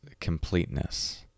completeness